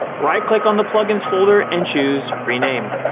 right-click on the plugins folder and choose rename.